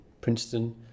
Princeton